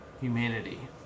humanity